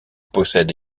possède